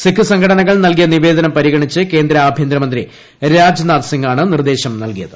സിഖ് സംഘടനകൾ നൽകിയ നിവേദനം പരിഗണിച്ച് കേന്ദ്ര ആഭ്യന്തരമന്ത്രി രാജ്നാഥ് സിംഗാണ് നിർദ്ദേശം നൽകിയത്